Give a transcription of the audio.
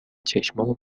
چشامو